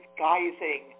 guising